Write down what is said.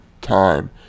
time